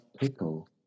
pickle